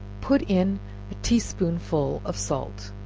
put in a tea-spoonful of salt,